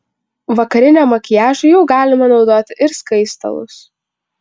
vakariniam makiažui jau galima naudoti ir skaistalus